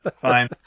Fine